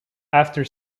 after